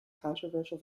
controversial